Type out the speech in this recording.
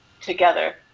together